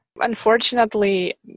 Unfortunately